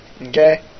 Okay